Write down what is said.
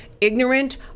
ignorant